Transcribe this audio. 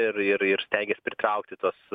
ir ir ir stengias pritraukti tuos